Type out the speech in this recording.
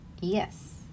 Yes